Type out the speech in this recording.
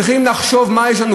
צריכים לחשוב מה קורה לנו,